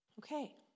Okay